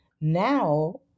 now